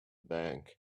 bank